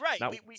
Right